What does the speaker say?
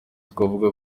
twavuga